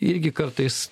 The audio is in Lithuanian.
irgi kartais